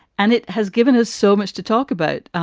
and it has given us so much to talk about.